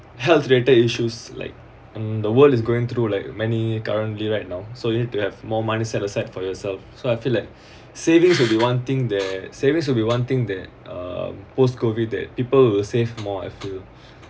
health related issues like the world is going through like many currently right now so you need to have more money set aside for yourself so I feel like savings will be wanting their savings will be one thing that uh post COVID that people will save more I feel